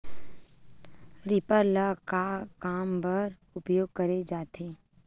Reaper ल का काम बर उपयोग करे जाथे?